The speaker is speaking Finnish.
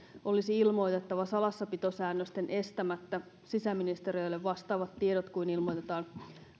olisi ilmoitettava salassapitosäännösten estämättä sisäministeriölle vastaavat tiedot kuin ilmoitetaan